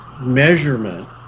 measurement